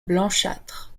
blanchâtres